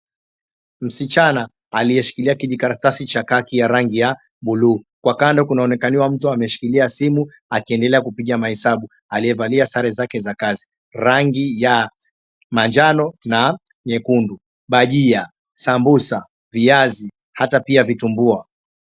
Msichana aliyeshikilia kijikaratasi cha kaki ya rangi ya buluu. Kwa kando kunaonekaniwa mtu ameshikilia simu akiendelea kupiga mahesabu aliyevalia sare zake za kazi. Rangi ya manjano na nyekundu. Bajia, sambusa, Viazi hata pia vitumbua.